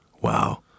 Wow